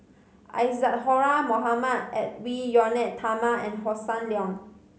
Isadhora Mohamed Edwy Lyonet Talma and Hossan Leong